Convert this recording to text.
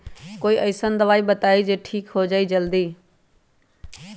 कोई अईसन दवाई बताई जे से ठीक हो जई जल्दी?